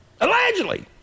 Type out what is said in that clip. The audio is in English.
allegedly